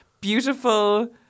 beautiful